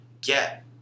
get